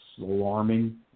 alarming